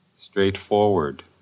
straightforward